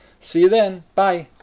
see you then! bye.